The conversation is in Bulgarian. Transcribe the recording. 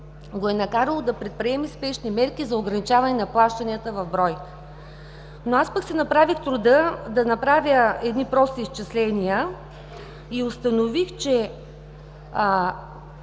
го е накарало да предприеме спешни мерки за ограничаване на плащанията в брой. Аз си направих труда да направя едни прости изчисления и установих, че